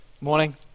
Morning